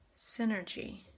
synergy